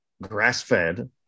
grass-fed